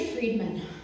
Friedman